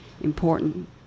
important